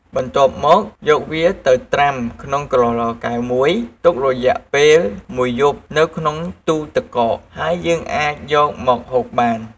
បន្ទាប់មកយកវាដាក់ត្រាំក្នុងក្រឡកែវមួយ ទុករយៈពេលមួយយប់នៅក្នុងទូរទឹកកក ហើយយើងអាចយកមកហូបបាន។